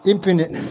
Infinite